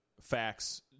facts